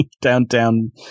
downtown